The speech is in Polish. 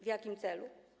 W jakim celu?